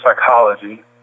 psychology